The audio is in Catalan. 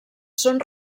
són